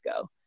go